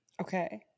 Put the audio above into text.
okay